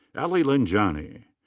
ali lenjani.